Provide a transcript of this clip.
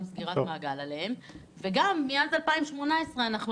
סגירת מעגל לגביהן וגם מאז 2018 עבר זמן רב.